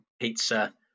pizza